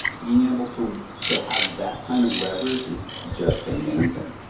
being able to to have that kind of leverage is just amazing.